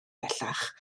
bellach